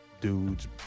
dudes